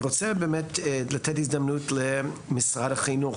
אני רוצה לתת הזדמנות למשרד החינוך,